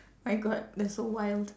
my god that's so wild